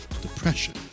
depression